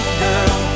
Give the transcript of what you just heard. girl